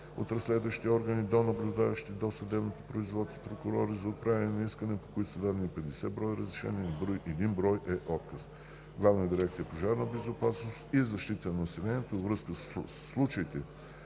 от разследващите органи до наблюдаващи досъдебните производства прокурори за отправяне на искания, по които са дадени 50 броя разрешения и 1 брой отказ. В Главна дирекция „Пожарна безопасност и защита на населението“ във връзка със случаите